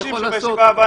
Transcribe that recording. אנחנו מבקשים שבישיבה הבאה